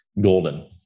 golden